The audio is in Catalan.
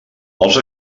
els